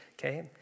okay